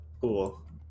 Cool